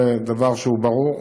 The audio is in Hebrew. זה דבר שהוא ברור,